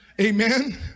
Amen